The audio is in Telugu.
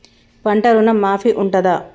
పంట ఋణం మాఫీ ఉంటదా?